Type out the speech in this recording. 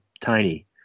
tiny